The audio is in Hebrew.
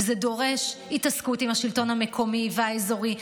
וזה דורש התעסקות עם השלטון המקומי והאזורי.